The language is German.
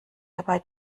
dabei